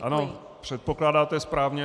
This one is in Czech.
Ano, předpokládáte správně.